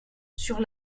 sur